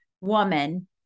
woman